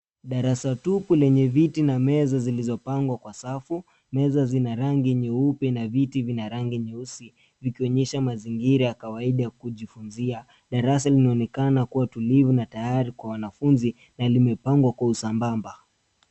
Darasa tupu lenye viti na meza zilizopangwa kwa safu. Meza zina rangi nyeupe na viti vina rangi nyeusi vikionyesha mazingira ya kawaida ya kujifunzia. Darasa linaonekana kuwa tulivu na tayari kwa wanafunzi na limepangwa kwa usambamba.